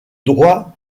droit